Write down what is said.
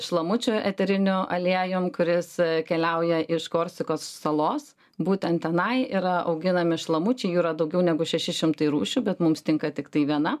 šlamučių eteriniu aliejum kuris keliauja iš korsikos salos būtent tenai yra auginami šlamučiai jų yra daugiau negu šeši šimtai rūšių bet mums tinka tiktai viena